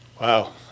wow